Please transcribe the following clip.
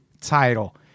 title